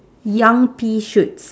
young pea shoots